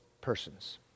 persons